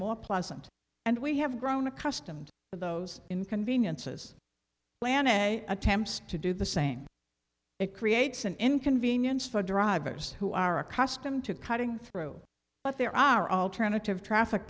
more pleasant and we have grown accustomed to those inconveniences plan it attempts to do the same it creates an inconvenience for drivers who are accustomed to cutting through but there are alternative traffic